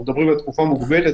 אנחנו מדברים על תקופה מוגבלת